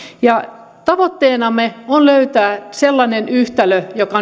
tavoitteenamme on löytää sellainen yhtälö joka